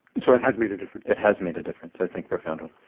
so it has made a difference? it has made a difference, i think profoundly.